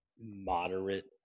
moderate